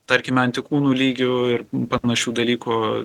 tarkime antikūnų lygių ir panašių dalykų